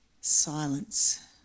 silence